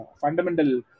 fundamental